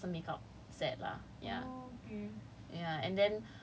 ya it's a just a makeup set lah ya